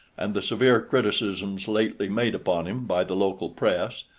and the severe criticisms lately made upon him by the local press,